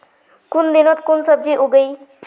कुन दिनोत कुन सब्जी उगेई?